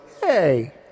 hey